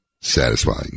Satisfying